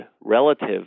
relative